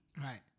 right